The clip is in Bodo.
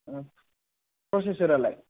प्रचेचरालाय